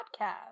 podcast